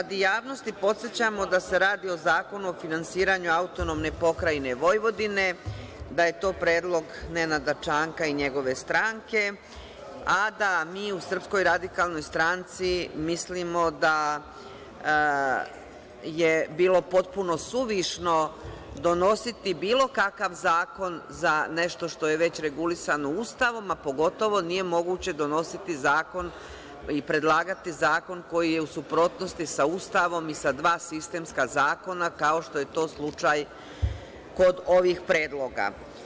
Radi javnosti podsećamo da se radi o Zakonu o finansiranju AP Vojvodine, da je to predlog Nenada Čanka i njegove stranke, a da mi u SRS mislimo da je bilo potpuno suvišno donositi bilo kakav zakon za nešto što je već regulisano Ustavom, a pogotovo nije moguće donositi i predlagati zakon koji je u suprotnosti sa Ustavom i sa dva sistemska zakona, kao što je to slučaj kod ovih predloga.